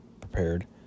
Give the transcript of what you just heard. prepared